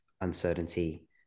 uncertainty